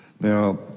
now